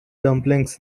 dumplings